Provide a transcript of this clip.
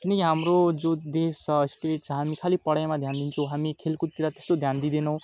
किनकि जो देश छ स्टेट छ हामी खालि पढाइमा ध्यान दिन्छौँ हामी खेलकुदतिर त्यस्तो ध्यान दिँदैनौँ